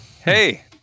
Hey